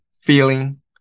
feeling